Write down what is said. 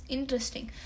Interesting